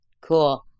cool